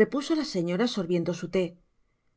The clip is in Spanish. repuso la señora sorbiendo su thé